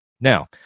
Now